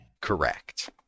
Correct